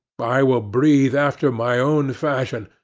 i will breathe after my own fashion.